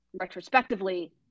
retrospectively